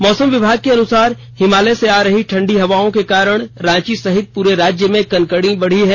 मौसम विभाग के अनुसार हिमालय से आ रही ठंडी हवा के कारण रांची सहित पूरे राज्य में कनकनी बढ़ी है